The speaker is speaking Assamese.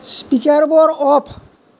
স্পীকাৰবোৰ অফ